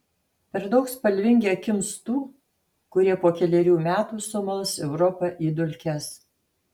per daug spalvingi akims tų kurie po kelerių metų sumals europą į dulkes